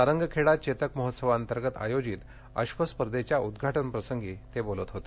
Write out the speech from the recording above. सारंगखेडा चेतक महोत्सवांतर्गत आयोजित अश्वस्पर्धेच्या उद्घाटनप्रसंगी ते बोलत होते